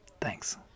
Thanks